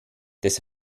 des